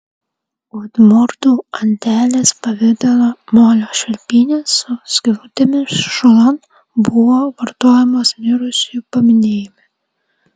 udmurtų antelės pavidalo molio švilpynės su skylutėmis šulan buvo vartojamos mirusiųjų paminėjime